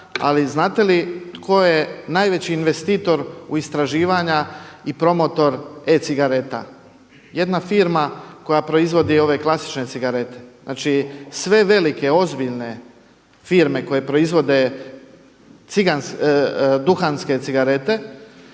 ali znate li tko je najveći investitor u istraživanja i promotor e-cigareta? Jedna firma koja proizvodi ove klasične cigarete. Znači sve velike ozbiljne firme koje proizvode duhanske cigarete